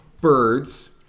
birds